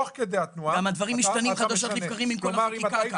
גם הדברים משתנים חדשות לבקרים עם כל החקיקה כאן.